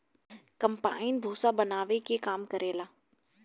combine भूसा बानावे के काम करेला